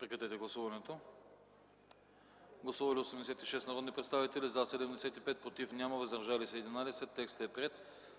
както е по доклада. Гласували 86 народни представители: за 75, против няма, въздържали се 11. Текстът е приет,